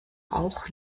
auch